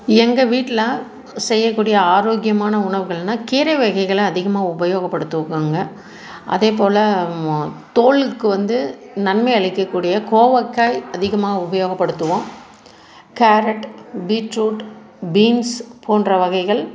எங்கள் வீட்டில் செய்யக்கூடிய ஆரோக்கியமான உணவுகள்னா கீரை வகைகளை அதிகமாக உபயோகப்படுத்திக்குவோங்க அதே போல் தோலுக்கு வந்து நன்மை அளிக்கக்கூடிய கோவக்காய் அதிகமாக உபயோகப்படுத்துவோம் கேரட் பீட்ரூட் பீன்ஸ் போன்ற வகைகள்